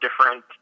different